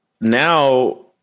now